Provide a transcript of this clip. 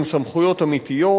עם סמכויות אמיתיות,